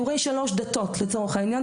סיורי שלוש דתות לצורך העניין,